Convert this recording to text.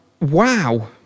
wow